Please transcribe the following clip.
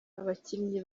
abakinnyi